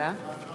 תודה.